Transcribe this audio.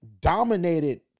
dominated